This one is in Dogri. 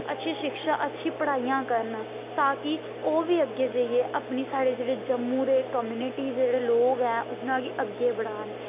अच्छी शिक्षा अच्छी पढ़ाइयां करन ताकि ओह् बी अग्गें जाइयै अपनी साढ़े जेह्ड़े जम्मू दे कम्युनिटी जेह्ड़े लोक ऐ उ'नेंगी अग्गें बढ़ान